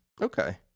Okay